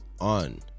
on